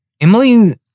Emily